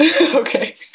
Okay